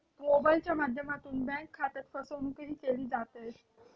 मोबाइलच्या माध्यमातून बँक खात्यात फसवणूकही केली जाते